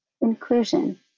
Inclusion